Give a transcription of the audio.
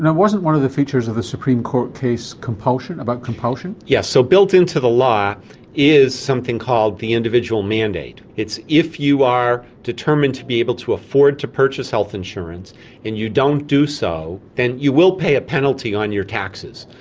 and wasn't one of the features of the supreme court case about compulsion? yes, so built into the law is something called the individual mandate. it's if you are determined to be able to afford to purchase health insurance and you don't do so, then you will pay a penalty on your taxes.